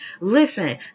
Listen